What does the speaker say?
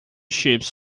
ships